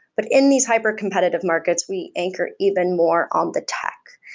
but in these hypercompetitive markets, we anchor even more on the tech.